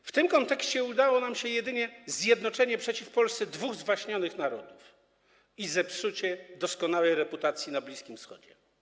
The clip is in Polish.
W tym kontekście udało nam się jedynie zjednoczenie przeciw Polsce dwóch zwaśnionych narodów i zepsucie doskonałej reputacji na Bliskim Wschodzie.